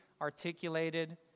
articulated